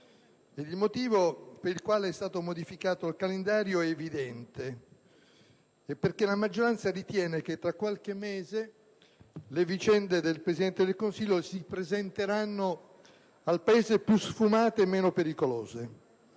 Il motivo per il quale è stato modificato il calendario è evidente. La maggioranza ritiene che tra qualche mese le vicende del Presidente del Consiglio si presenteranno al Paese più sfumate e meno pericolose.